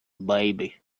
baby